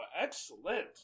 excellent